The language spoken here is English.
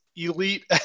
elite